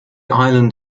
island